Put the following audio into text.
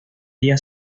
día